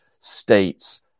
States